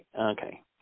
Okay